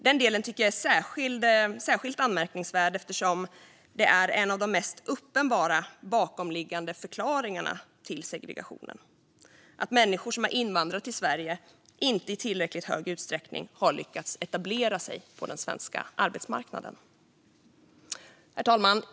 Den delen tycker jag är särskilt anmärkningsvärd, eftersom en av de mest uppenbara bakomliggande förklaringarna till segregationen är att människor som har invandrat till Sverige inte i tillräckligt hög utsträckning har lyckats etablera sig på den svenska arbetsmarknaden. Herr talman!